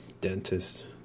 dentist